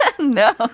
No